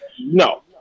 no